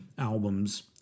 albums